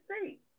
see